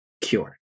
cure